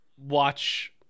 watch